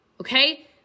Okay